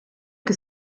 que